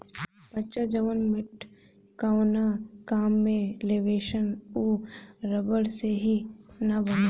बच्चा जवन मेटकावना काम में लेवेलसन उ रबड़ से ही न बनेला